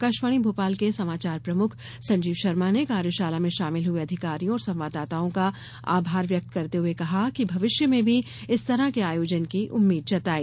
आकाशवाणी भोपाल के समाचार प्रमुख संजीव शर्मा ने कार्यशाला में शामिल हुये अधिकारियों और संवाददाताओं का आभार व्यक्त करते हुये कहा कि भविष्य में भी इस तरह के आयोजन की उम्मीद जताई